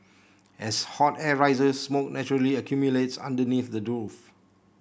as hot air rises smoke naturally accumulates underneath the roof